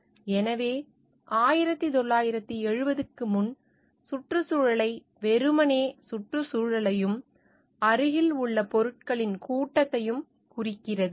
எனவே 1970 க்கு முன் சுற்றுச்சூழலை வெறுமனே சுற்றுச்சூழலையும் அருகில் உள்ள பொருட்களின் கூட்டத்தையும் குறிக்கிறது